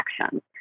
actions